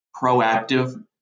proactive